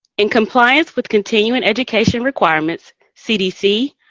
in compliance with continuing education requirements, cdc,